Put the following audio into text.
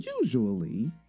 usually